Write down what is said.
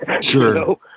Sure